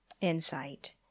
insight